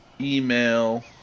email